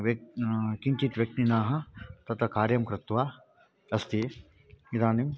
व्यक्तिः किञ्चित् व्यक्तिना तत्र कार्यं कृत्वा अस्ति इदानीं